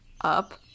up